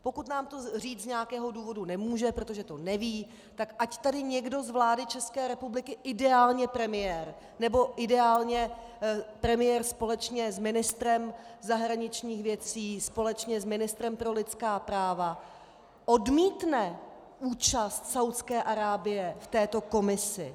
Pokud nám to říct z nějakého důvodu nemůže, protože to neví, tak ať tady někdo z vlády České republiky, ideálně premiér nebo ideálně premiér společně s ministrem zahraničních věcí, společně s ministrem pro lidská práva, odmítne účast Saúdské Arábie v této komisi.